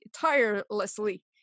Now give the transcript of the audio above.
tirelessly